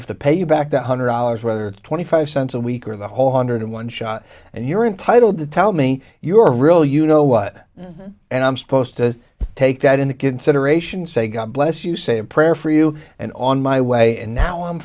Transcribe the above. have to pay you back the one hundred dollars whether it's twenty five cents a week or the whole hundred in one shot and you're entitled to tell me your real you know what and i'm supposed to take that into consideration say god bless you say a prayer for you and on my way and now i'm